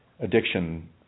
addiction